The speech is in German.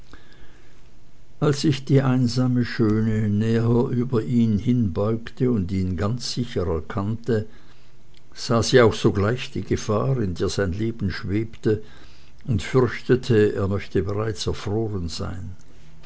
als sich die einsame schöne näher über ihn hinbeugte und ihn ganz sicher erkannte sah sie auch sogleich die gefahr in der sein leben schwebte und fürchtete er möchte bereits erfroren sein